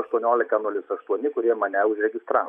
aštuoniolika nulis aštuoni kurie mane užregistravo